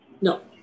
No